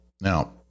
Now